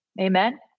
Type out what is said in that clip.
amen